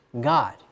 God